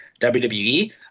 WWE